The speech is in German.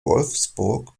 wolfsburg